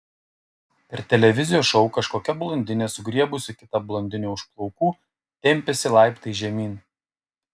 per televizijos šou kažkokia blondinė sugriebusi kitą blondinę už plaukų tempėsi laiptais žemyn